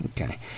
Okay